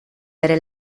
bere